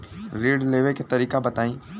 ऋण लेवे के तरीका बताई?